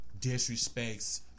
disrespects